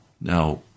now